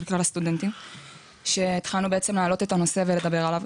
כלל הסטודנטים שהתחלנו להעלות את הנושא ולדבר עליו.